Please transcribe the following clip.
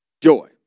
Joy